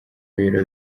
ibiro